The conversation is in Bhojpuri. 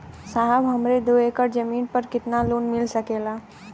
साहब हमरे दो एकड़ जमीन पर कितनालोन मिल सकेला?